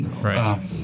Right